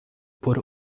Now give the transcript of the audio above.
por